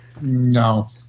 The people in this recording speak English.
No